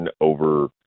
over